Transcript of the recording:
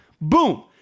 Boom